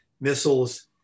missiles